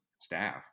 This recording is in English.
staff